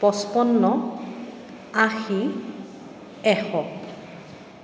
পঁচপন্ন আশী এশ